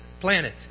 planet